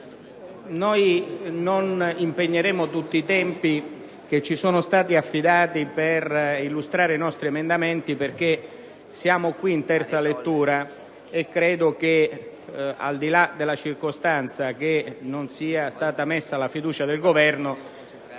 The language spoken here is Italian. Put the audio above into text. non impegneremo tutto il tempo a nostra disposizione per illustrare i nostri emendamenti, perché siamo in terza lettura e credo che, al di là della circostanza che non sia stata posta la fiducia dal Governo